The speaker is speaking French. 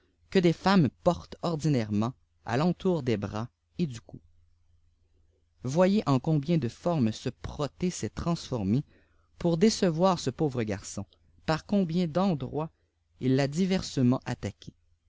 que les femmes portent ordinairement à l'entour des bras et du cou voyez en combien de formes ce prothée s'est transformé pour décevoir ce pauvre garçon par combien d'endroits il l'a diversement attaqué